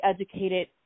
educated